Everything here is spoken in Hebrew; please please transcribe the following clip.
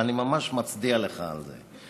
ואני ממש מצדיע לך על זה.